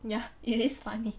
ya it is funny